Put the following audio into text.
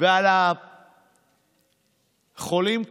ועל החולים קשה,